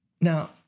Now